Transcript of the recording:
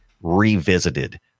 Revisited